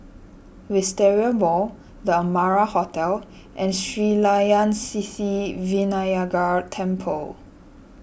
Wisteria Mall the Amara Hotel and Sri Layan Sithi Vinayagar Temple